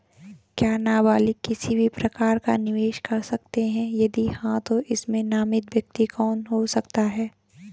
क्या नबालिग किसी भी प्रकार का निवेश कर सकते हैं यदि हाँ तो इसमें नामित व्यक्ति कौन हो सकता हैं?